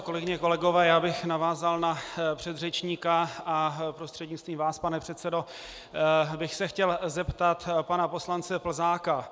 Kolegyně, kolegové, navázal bych na předřečníka a prostřednictvím vás, pane předsedo, bych se chtěl zeptat pana poslance Plzáka.